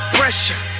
pressure